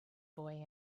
boy